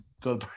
Go